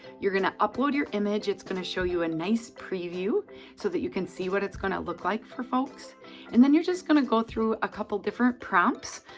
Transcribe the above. you're gonna upload your image. it's gonna show you a nice preview so that you can see what it's gonna look like for folks and then you're just gonna go through a couple different prompts.